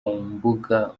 mbuga